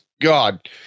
God